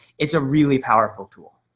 it's a really powerful tool.